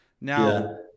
Now